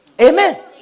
Amen